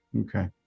Okay